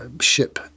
ship